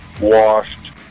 washed